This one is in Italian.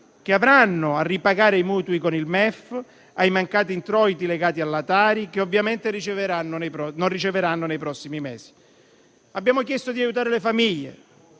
che avranno a ripagare i mutui con il MEF e per i mancati introiti legati alla Tari, che ovviamente non riceveranno nei prossimi mesi. Abbiamo chiesto di aiutare le famiglie,